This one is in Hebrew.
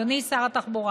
אדוני שר התחבורה,